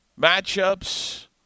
matchups